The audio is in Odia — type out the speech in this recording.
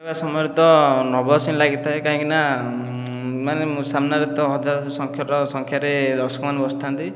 ସମୟରେ ତ ନର୍ଭସ ହିଁ ଲାଗିଥାଏ କାହିଁକିନା ମାନେ ମୋ ସାମନାରେ ତ ହଜାର ସଂଖ୍ୟାରେ ଦର୍ଶକ ମାନେ ବସିଥାନ୍ତି